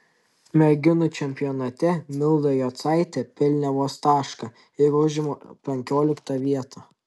merginų čempionate milda jocaitė pelnė vos tašką ir užima penkioliktą vietą